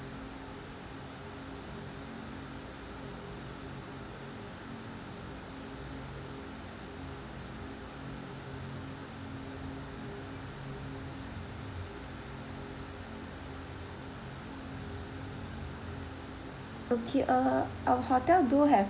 okay uh our hotel do have